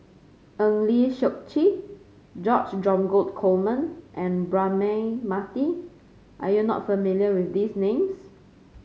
Eng Lee Seok Chee George Dromgold Coleman and Braema Mathi are you not familiar with these names